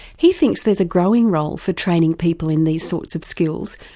he thinks there's a growing role for training people in these sorts of skills,